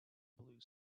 blue